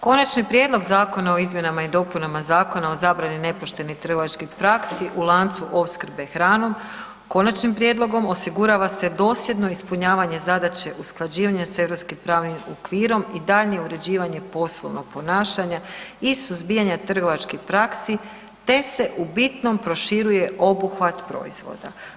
Konačni prijedlog zakona o izmjenama i dopunama Zakona o zabranih nepoštenih trgovačkih praksi u lancu opskrbe hranom, konačnim prijedlogom osigurava se dosljedno ispunjavanje zadaće usklađivanja s europskim pravnim okvirom i daljnje uređivanje poslovnog ponašanja i suzbijanja trgovačkih praksi te se u bitnom proširuje obuhvat proizvoda.